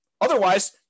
Otherwise